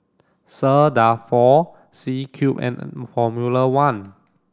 sir Dalfour C Cube and Formula One